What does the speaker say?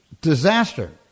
Disaster